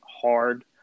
hard –